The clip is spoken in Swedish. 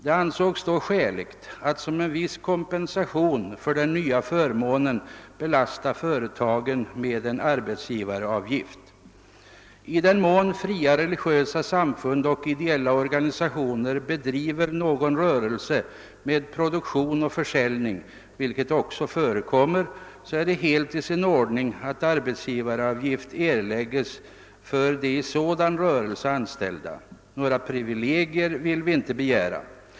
Det ansågs då skäligt att med hänsyn till den nya förmånen och som en kompensation åt statsverket belasta företagen med en arbetsgivaravgift. I den mån fria religiösa samfund och ideella organisationer bedriver någon rörelse med produktion och försäljning, vilket också förekommer, är det helt i sin ordning att arbetsgivaravgift erlägges för de i sådan rörelse anställda. Allmänpolitisk debatt Några privilegier vill vi inte begära.